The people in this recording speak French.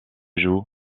joue